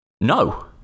no